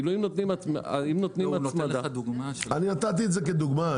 אם נותנים הצמדה --- אני נתתי את זה כדוגמה,